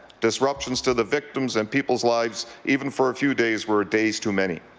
disruptions to the victims and people's lives even for a few days were ah days too many.